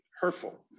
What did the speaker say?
hurtful